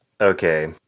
Okay